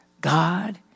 God